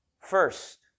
first